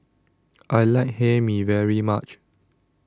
I like Hae Mee very much